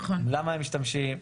למה הם משתמשים?